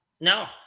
no